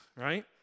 right